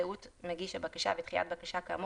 זהות מגיש הבקשה ודחיית בקשה כאמור,